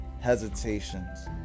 hesitations